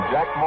Jack